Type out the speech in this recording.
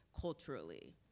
culturally